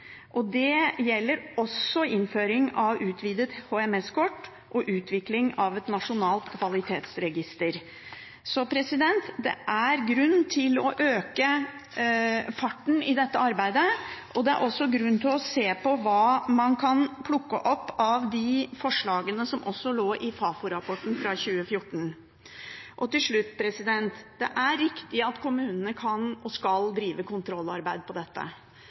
Det gjelder også innføring av utvidet HMS-kort og utvikling av et nasjonalt kvalitetsregister. Så det er grunn til å øke farten i dette arbeidet, og det er også grunn til å se på hva man kan plukke opp av de forslagene som også lå i Fafo-rapporten fra 2014. Til slutt: Det er riktig at kommunene kan og skal drive kontrollarbeid på dette.